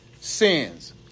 sins